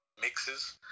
mixes